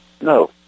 No